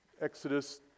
Exodus